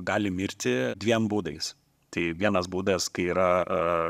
gali mirti dviem būdais tai vienas būdas kai yra